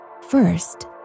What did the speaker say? First